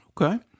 Okay